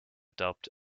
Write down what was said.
adopt